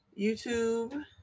YouTube